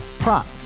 Prop